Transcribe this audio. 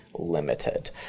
limited